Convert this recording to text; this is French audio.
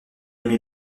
aimé